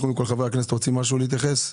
קודם כל, חברי הכנסת רוצים להתייחס למשהו?